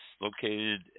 located